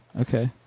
Okay